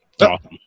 Awesome